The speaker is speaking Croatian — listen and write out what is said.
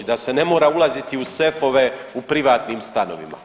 Da se ne mora ulaziti u sefove u privatnim stanovima.